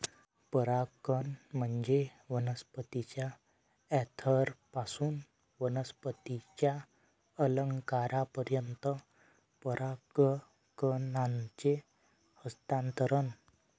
परागकण म्हणजे वनस्पतीच्या अँथरपासून वनस्पतीच्या कलंकापर्यंत परागकणांचे हस्तांतरण